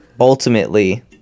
ultimately